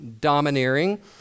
domineering